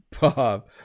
Bob